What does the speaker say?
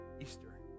Easter